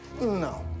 No